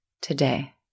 today